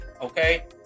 okay